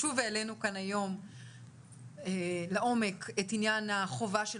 שוב העלינו כאן היום לעומק את עניין החובה של